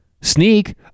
sneak